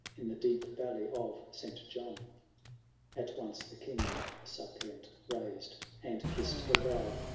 in the deep valley of st. john at once the king the suppliant raised. and kiss'd her brow,